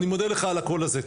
אני מודה לך על הקול הזה.